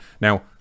Now